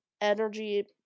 energy